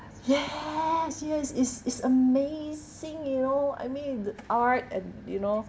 yes yes it's it's amazing you know I mean the art and you know